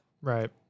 Right